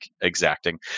exacting